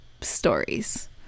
stories